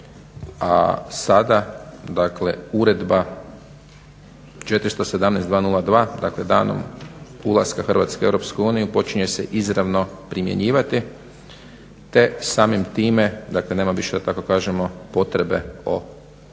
a sada dakle uredba 417 202 dakle dan ulaska Hrvatske u Europsku uniju počinje se izravno primjenjivati te samim time, dakle nema više da tako kažemo potrebe o onom